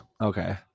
Okay